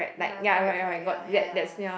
ya correct correct ya ya ya ya